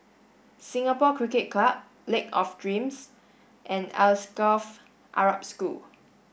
Singapore Cricket Club Lake of Dreams and Alsagoff Arab School